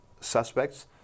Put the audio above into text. suspects